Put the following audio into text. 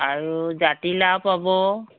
আৰু জাতিলাউ পাব